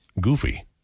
goofy